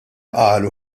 qalu